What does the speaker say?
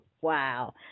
Wow